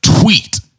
tweet